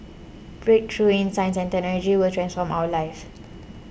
breakthroughs in science and technology will transform our lives